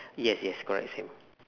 yes yes correct same